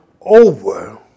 over